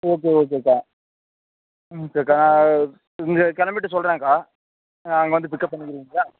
okay ஓகேக்கா ம் ஓகேக்கா இங்கே கிளம்பிட்டு சொல்லுறேன்க்கா அங்கே வந்து பிக்கப் பண்ணிக்கிறிங்களா